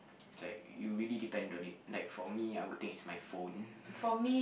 it's like you really depend on it like for me I would think it's my phone